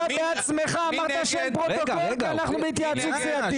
איך זאת יכולה להיות התייעצות סיעתית?